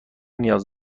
نیاز